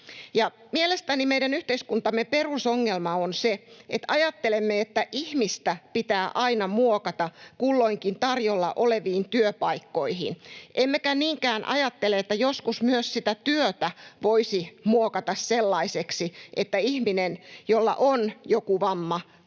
Mielestäni meidän yhteiskuntamme perusongelma on se, että ajattelemme, että ihmistä pitää aina muokata kulloinkin tarjolla oleviin työpaikkoihin, emmekä niinkään ajattele, että joskus myös sitä työtä voisi muokata sellaiseksi, että ihminen, jolla on joku vamma